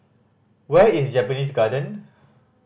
where is Japanese Garden